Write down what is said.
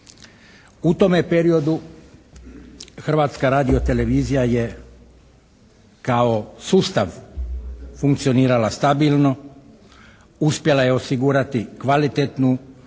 U tome periodu Hrvatska radio-televizija je kao sustav funkcionirala stabilno, uspjela je osigurati kvalitetnu,